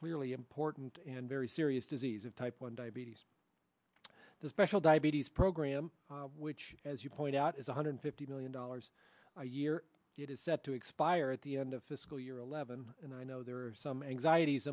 clearly important and very serious disease of type one diabetes the special diabetes program which as you point out is one hundred fifty million dollars a year it is set to expire at the end of fiscal year eleven and i know there are some anxieties